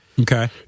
Okay